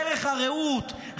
בערך הרעות,